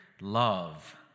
love